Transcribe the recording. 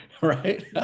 right